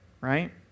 right